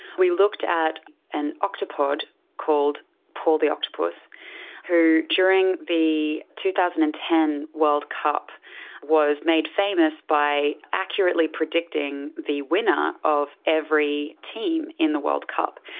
we looked at an octopod called paul the octopus who during the two thousand and ten world cup was made famous by accurately predicting the winner of every team in the world cup.